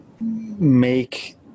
make